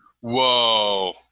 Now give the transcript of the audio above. Whoa